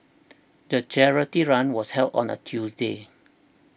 the charity run was held on a Tuesday